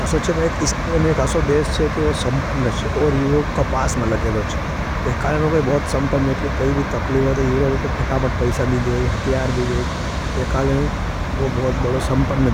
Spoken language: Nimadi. असोचे भाई एक इस्पेन एक असो देश है कि वो संपन्द देश है। और यूरोग का पास में लगेलो है एकालियों के बहुत संपन्द है। कि काई भी तकलिब होता यूरोग को फटाबट पैसा नहीं देजा। हतियार नहीं देजा एकालियों के वो बहुत बड़ो संपन्